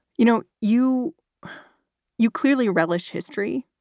you know, you you clearly relish history.